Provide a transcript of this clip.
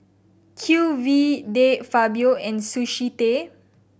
Q V De Fabio and Sushi Tei